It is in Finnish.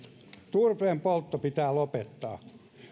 turpeenpoltto pitää lopettaa